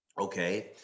Okay